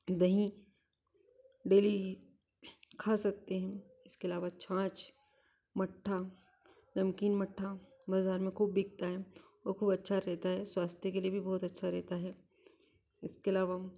दही डेली खा सकते हैं इसके अलावा छाछ मट्ठा नमकीन मट्ठा बाज़ार में खूब बिकता हैं और खूब अच्छा रहता है स्वास्थ्य के लिए भी बहुत अच्छा रहता है इसके अलावा